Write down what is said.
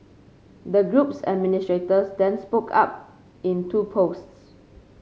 the group's administrators then spoke up in two posts